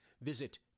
Visit